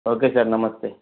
okay sir నమస్తే